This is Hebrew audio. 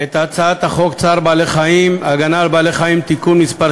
את הצעת חוק צער בעלי-חיים (הגנה על בעלי-חיים) (תיקון מס'